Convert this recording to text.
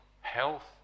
health